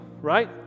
right